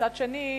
ומצד שני,